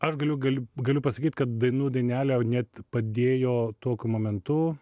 aš galiu galiu galiu pasakyt kad dainų dainelė net padėjo tokiu momentu